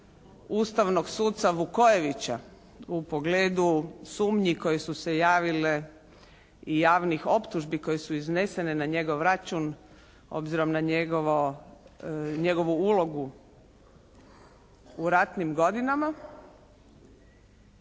Ustavnog suca Vukojevića u pogledu sumnji koje su se javile i javnih optužbi koje su iznesene na njegov račun obzirom na njegovo, njegovu ulogu u ratnim godinama